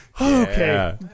Okay